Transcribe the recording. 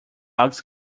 logs